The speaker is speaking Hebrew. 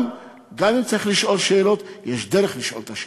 גם אם צריך לשאול שאלות, יש דרך לשאול את השאלות,